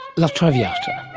la traviata.